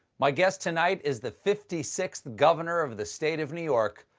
my guest tonight is the fifty sixth governor of the state of new york.